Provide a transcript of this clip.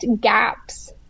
gaps